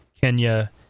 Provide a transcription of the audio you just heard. Kenya